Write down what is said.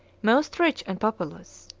most rich and populous.